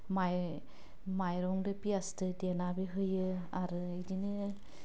माय माइरंदों पियासदों देनानै होयो आरो बिदिनो